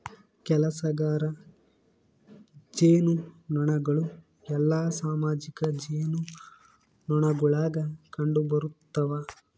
ಕೆಲಸಗಾರ ಜೇನುನೊಣಗಳು ಎಲ್ಲಾ ಸಾಮಾಜಿಕ ಜೇನುನೊಣಗುಳಾಗ ಕಂಡುಬರುತವ